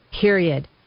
period